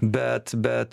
bet bet